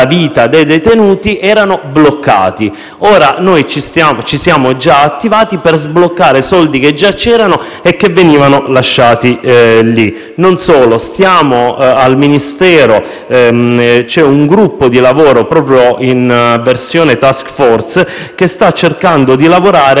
Ora, ci siamo già attivati per sbloccare i soldi che già c'erano e venivano lasciati lì; non solo: al Ministero c'è un gruppo di lavoro che, in versione *task force*, sta cercando di lavorare per valutare